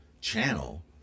channel